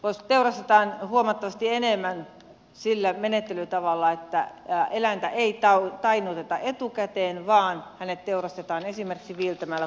osa pelkästään huomattavasti enemmän sillä menettelytavalla että eläintä ei tainnuteta etukäteen vaan hänet teurastetaan esimerkiksi viiltämällä kurkku poikki